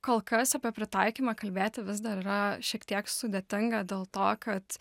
kol kas apie pritaikymą kalbėti vis dar yra šiek tiek sudėtinga dėl to kad